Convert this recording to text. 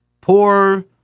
poor